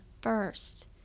first